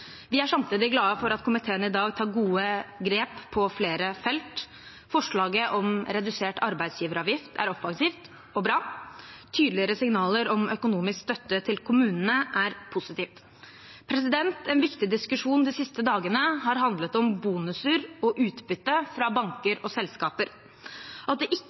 Vi er samtidig glad for at komiteen i dag tar gode grep på flere felt. Forslaget om redusert arbeidsgiveravgift er offensivt og bra. Tydeligere signaler om økonomisk støtte til kommunene er positivt. En viktig diskusjon de siste dagene har handlet om bonuser og utbytte fra banker og selskaper. At det ikke